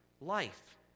life